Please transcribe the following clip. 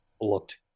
looked